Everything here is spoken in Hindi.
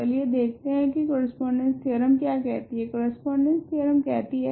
चलिए देखते है की कोरेस्पोंडेंस थेओरेम क्या कहती है कोरेस्पोंडेंस थेओरेम कहती है